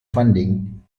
funding